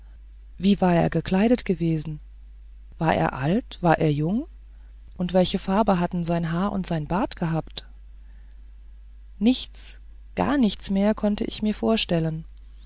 wie war er nur gekleidet gewesen war er alt war er jung und welche farben hatten sein haar und sein bart gehabt nichts gar nichts mehr konnte ich mir vorstellen